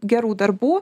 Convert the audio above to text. gerų darbų